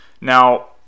Now